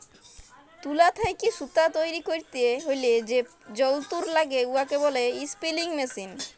তুলা থ্যাইকে সুতা তৈরি ক্যইরতে হ্যলে যে যল্তর ল্যাগে উয়াকে ব্যলে ইস্পিলিং মেশীল